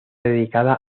dedicada